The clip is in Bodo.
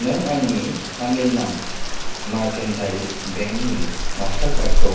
नों आंनि तामिलनाद मारकेन्टाइल बेंकनि मास्टारकार्डखौ